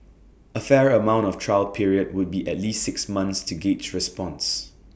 A fair amount of trial period would be at least six months to gauge response